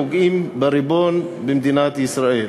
נוגעים בריבון במדינת ישראל.